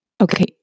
Okay